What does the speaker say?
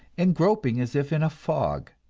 and groping as if in a fog.